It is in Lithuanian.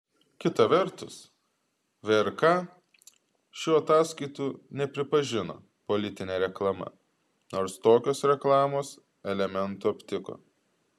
kita vertus vrk šių ataskaitų nepripažino politine reklama nors tokios reklamos elementų aptiko